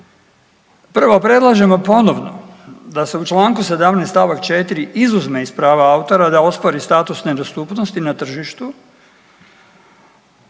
Prvo, predlažemo ponovno da se u čl. 17 st. 4 izuzme iz prava autora da ospori status nedostupnosti na tržištu,